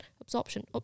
absorption